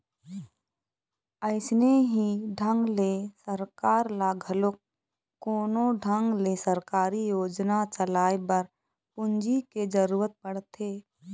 अइसने ही ढंग ले सरकार ल घलोक कोनो ढंग ले सरकारी योजना चलाए बर पूंजी के जरुरत पड़थे